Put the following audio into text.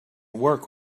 work